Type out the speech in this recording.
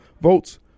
votes